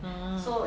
ah